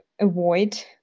avoid